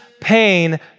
pain